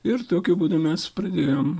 ir tokiu būdu mes pradėjom